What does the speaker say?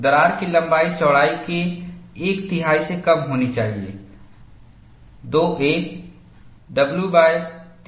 दरार की लंबाई चौड़ाई के एक तिहाई से कम होनी चाहिए 2a w3 से कम है